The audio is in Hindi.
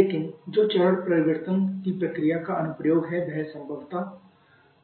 लेकिन जो चरण परिवर्तन की प्रक्रिया का अनुप्रयोग है वह संभवतः